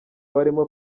barimo